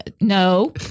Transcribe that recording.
No